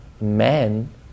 man